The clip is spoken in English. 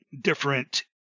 different